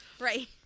right